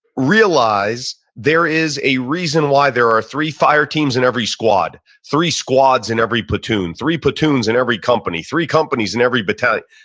realize there is a reason why there are three fire teams in every squad, three squads in every platoon, three platoons in every company, three companies in every battalion.